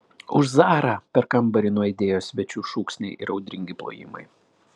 už zarą per kambarį nuaidėjo svečių šūksniai ir audringi plojimai